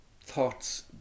thoughts